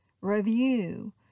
Review